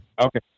Okay